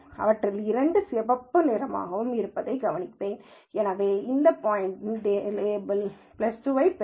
இவற்றில் இரண்டு சிவப்பு நிறமாக இருப்பதை நான் கவனிப்பேன் எனவே இந்த பாயிண்ட் ஒரு லேபிள் 2 ஐப் பெறும்